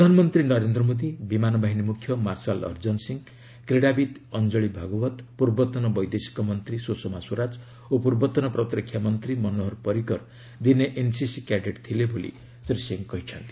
ପ୍ରଧାନମନ୍ତ୍ରୀ ନରେନ୍ଦ୍ର ମୋଦୀ ବିମାନ ବାହିନୀ ମୁଖ୍ୟ ମାର୍ଶାଲ୍ ଅର୍ଜନ ସିଂ କ୍ରୀଡ଼ାବିତ୍ ଅଞ୍ଜଳି ଭାଗବତ୍ ପୂର୍ବତନ ବୈଦେଶିକ ମନ୍ତ୍ରୀ ସୁଷମା ସ୍ୱରାଜ ଓ ପୂର୍ବତନ ପ୍ରତିରକ୍ଷାମନ୍ତ୍ରୀ ମନୋହର ପରିକର ଦିନେ ଏନ୍ସିସି କ୍ୟାଡେଟ୍ ଥିଲେ ବୋଲି ଶ୍ରୀ ସିଂ କହିଛନ୍ତି